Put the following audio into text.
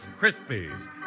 Krispies